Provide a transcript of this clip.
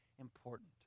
important